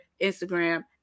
Instagram